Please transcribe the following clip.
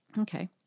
Okay